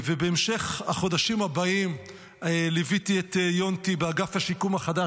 ובמשך החודשים הבאים ליוויתי את יונתי באגף השיקום החדש,